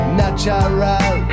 natural